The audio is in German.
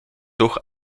durch